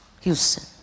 Houston